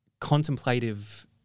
contemplative